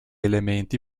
elementi